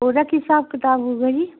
ਉਹਦਾ ਕੀ ਹਿਸਾਬ ਕਿਤਾਬ ਹੋਉਗਾ ਜੀ